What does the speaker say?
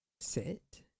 sit